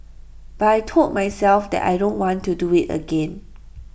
but I Told myself that I don't want to do IT again